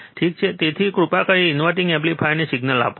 તેથી કૃપા કરીને ઇન્વર્ટીંગ એમ્પ્લીફાયરને સિગનલ આપો